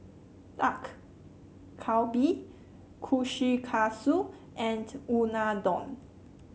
Dak Galbi Kushikatsu and Unadon